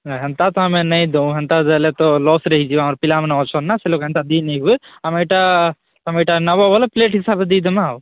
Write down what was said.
ନା ହେନ୍ତା ତ ଆମେ ନାଇଁ ଦଉଁ ହେନ୍ତା ଦେଲେ ତ ଲସ୍ରେ ହୋଇଯିବ ଆମର ପିଲାମାନେ ଅଛନ୍ ନା ସେ ଲୋକ୍ ହେନ୍ତା ଦେଇ ନାଇଁ ହୁଏ ଆମେ ଏଇଟା ତୋମେ ଏଇଟା ନବ ବୋଲେ ପ୍ଲେଟ୍ ହିସାବେ ଦେଇଁ ଦେମା ଆଉ